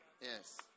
Yes